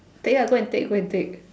take ah go and take go and take